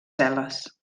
cel·les